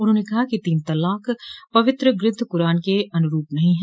उन्होंने कहा कि तीन तलाक पवित्र ग्रन्थ करान के अनुरूप नहीं है